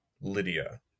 lydia